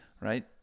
Right